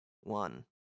one